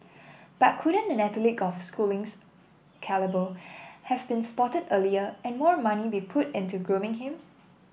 but couldn't an athlete of Schooling's calibre have been spotted earlier and more money be put into grooming him